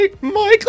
Michael